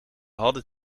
hadden